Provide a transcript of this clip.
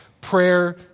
Prayer